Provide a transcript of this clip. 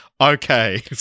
Okay